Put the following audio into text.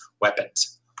weapons